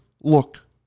look